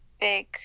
big